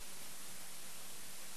אתה מציג לנו את